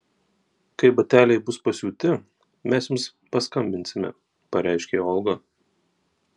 kai bateliai bus pasiūti mes jums paskambinsime pareiškė olga